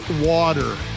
water